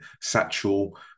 satchel